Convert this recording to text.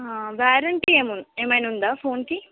warranty ఏమైనా ఉందా ఫోన్కి